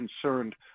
concerned